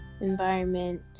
environment